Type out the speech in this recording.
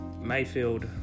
Mayfield